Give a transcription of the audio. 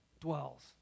dwells